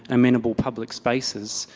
amenable public spaces,